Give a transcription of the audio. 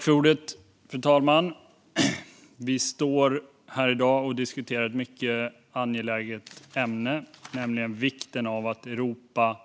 Fru talman! Vi står här i dag och diskuterar ett mycket angeläget ämne, nämligen vikten av att Europa